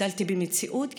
גדלתי במציאות גזענית,